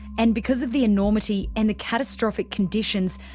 and because of the enormity, and the catastrophic conditions,